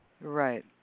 Right